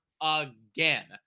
again